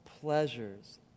pleasures